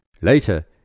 Later